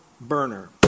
burner